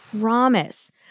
promise